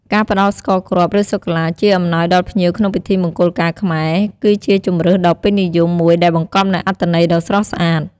ការផ្តល់ស្ករគ្រាប់ ឬសូកូឡាជាអំណោយដល់ភ្ញៀវក្នុងពិធីមង្គលការខ្មែរ គឺជាជម្រើសដ៏ពេញនិយមមួយដែលបង្កប់នូវអត្ថន័យដ៏ស្រស់ស្អាត។